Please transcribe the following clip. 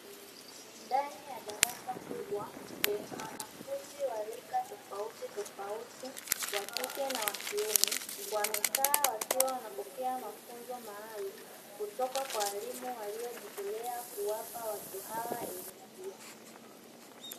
Ndani ya darasa kubwa, lenye wanafunzi wa rika tofautitofauti, wa kike na wa kiume, wamekaa wakiwa wanapokea mafunzo maalumu, kutoka kwa walimu waliojitolea kuwapa watu hawa elimu hiyo.